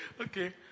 okay